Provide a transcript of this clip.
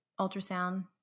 ultrasound